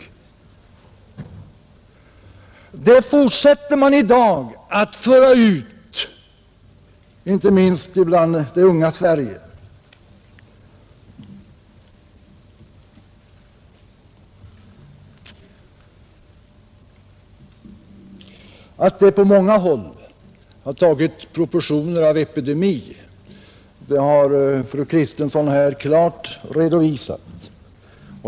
Uppgifter av det slaget fortsätter man i dag att föra ut, inte minst bland det unga Sverige. Att bruket av hasch på många håll tagit proportionerna av epidemi har fru Kristensson här klart redovisat.